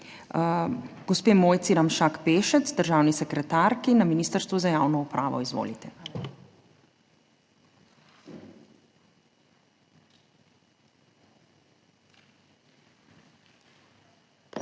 gospe Mojci Ramšak Pešec, državni sekretarki na Ministrstvu za javno upravo. Izvolite.